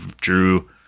drew